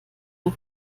der